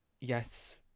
yes